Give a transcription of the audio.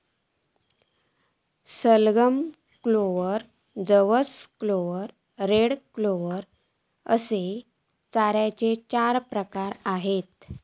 सलगम, क्लोव्हर, जवस clover, red clover अश्ये चाऱ्याचे चार प्रकार आसत